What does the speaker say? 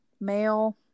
male